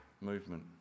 movement